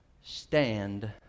Stand